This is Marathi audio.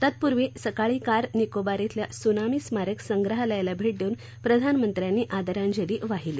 तत्पुर्वी सकाळी कार निकोबार अल्या त्सुनामी स्मारक संग्रहालयाला भेट देऊन प्रधानमंत्र्यांनी आदरांजली वाहिली